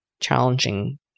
challenging